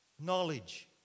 Knowledge